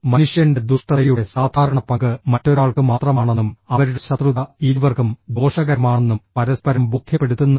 മനുഷ്യന്റെ ദുഷ്ടതയുടെ സാധാരണ പങ്ക് മറ്റൊരാൾക്ക് മാത്രമാണെന്നും അവരുടെ ശത്രുത ഇരുവർക്കും ദോഷകരമാണെന്നും പരസ്പരം ബോധ്യപ്പെടുത്തുന്നതിൽ